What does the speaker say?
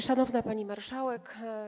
Szanowna Pani Marszałek!